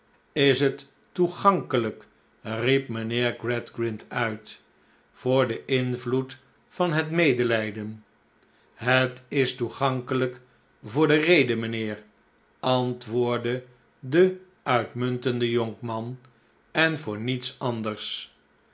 is het toegankelijk riep mijnheer gradgrind uit voor den invloed van het medelijden het is toegankelijk voor de rede mijnheer antwoordde de uitmuntende jonkman en voor niets anders